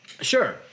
Sure